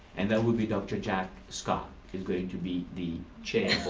and that will be dr. jack scott, is going to be the